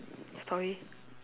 story